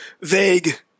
vague